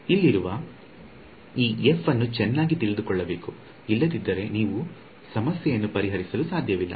ಇಲ್ಲಿರುವ ಈ f ಅನ್ನು ಚೆನ್ನಾಗಿ ತಿಳಿದುಕೊಳ್ಳಬೇಕು ಇಲ್ಲದಿದ್ದರೆ ನೀವು ಸಮಸ್ಯೆಯನ್ನು ಪರಿಹರಿಸಲು ಸಾಧ್ಯವಿಲ್ಲ